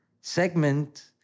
segment